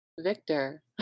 Victor